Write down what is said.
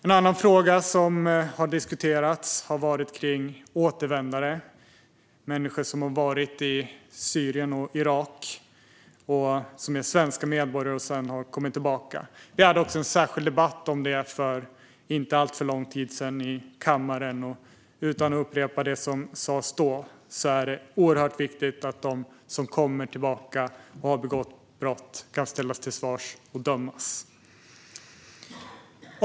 En annan fråga som har diskuterats är återvändare, alltså svenska medborgare som kommit tillbaka efter att ha varit i Syrien och Irak. Vi hade också nyligen en särskild debatt om det i kammaren. Utan att återupprepa det som då sas är det oerhört viktigt att de som kommer tillbaka och har begått brott kan ställas till svars och dömas.